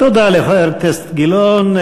תודה לחבר הכנסת גילאון.